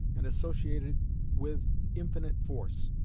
and associated with infinite force.